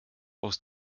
aus